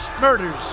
Murders